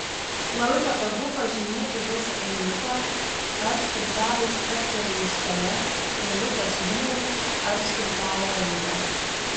labai patogu pažymėti visą eilutę ar stulpelį spragtelėjus pele eilutės numerį ar stulpelio raidę